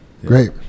Great